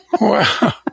Wow